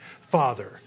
father